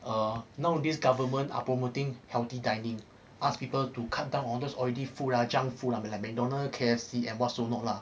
err nowadays government are promoting healthy dining ask people to cut down on all those oily food ah junk food ah like mcdonald's K_F_C and what's so not lah